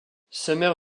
summer